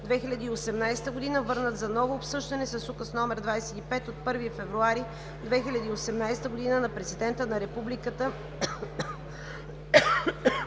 2018 г., върнат за ново обсъждане с Указ № 25 от 1 февруари 2018 г. на Президента на Републиката